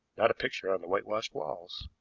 not a picture on the whitewashed walls.